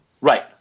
Right